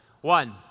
One